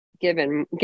given